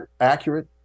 accurate